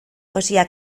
josia